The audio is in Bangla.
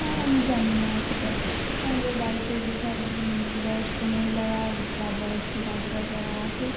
আর আমি জানি না অতটা আমাদের বাড়িতে যেসব বয়স্ক মহিলারা বা বয়স্ক দাদুরা যারা আছে